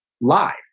live